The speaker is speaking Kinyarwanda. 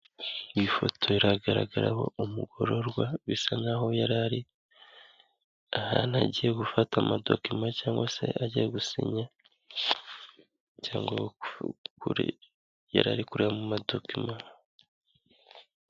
Iyi foto iragaragaraho umugororwa bisa n'aho yari ari ahantu agiye gufata amodocument cyangwa se ajya gusinya cyangwa yari ari kureba mu modokima.